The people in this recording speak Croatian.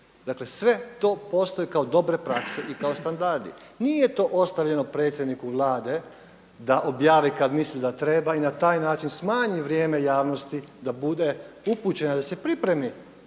Dakle, sve to postoji kao dobre prakse i kao standardi. Nije to ostavljeno predsjedniku Vlade da objave kad misle da treba i na taj način smanji vrijeme javnosti da bude upućen da se pripremi